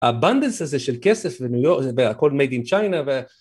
הבנדס הזה של כסף בניו יורק זה הכל made in china